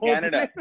Canada